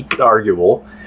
arguable